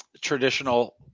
traditional